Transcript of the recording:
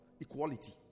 equality